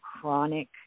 chronic